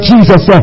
Jesus